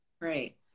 Right